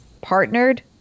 Partnered